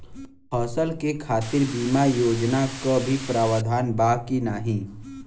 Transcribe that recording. फसल के खातीर बिमा योजना क भी प्रवाधान बा की नाही?